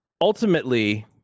ultimately